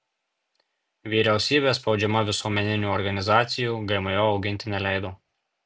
vyriausybė spaudžiama visuomeninių organizacijų gmo auginti neleido